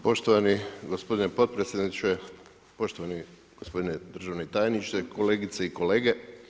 Poštovani gospodine potpredsjedniče, poštovani gospodine državni tajniče, kolegice i kolege.